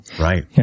Right